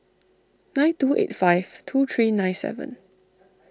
nine two eight five two three nine seven